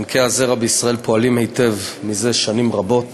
בנקי הזרע בישראל פועלים היטב, זה שנים רבות,